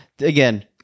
again